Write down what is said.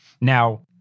Now